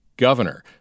Governor